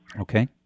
Okay